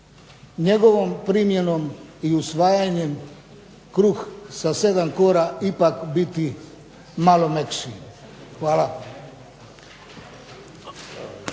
njegovom primjenom i usvajanjem kruh sa 7 kora ipak biti malo mekši. Hvala.